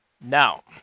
Now